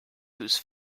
whose